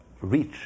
reach